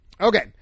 Okay